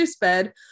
bed